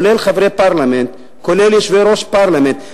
כולל חברי פרלמנט, כולל יושבי-ראש פרלמנט.